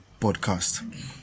podcast